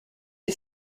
est